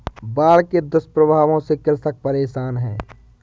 बाढ़ के दुष्प्रभावों से कृषक परेशान है